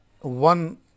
one